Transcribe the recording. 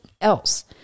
else